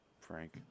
Frank